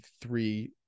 three